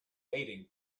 mating